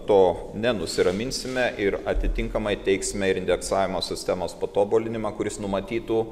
to nenusiraminsime ir atitinkamai teiksime ir indeksavimo sistemos patobulinimą kuris numatytų